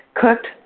cooked